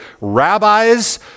Rabbis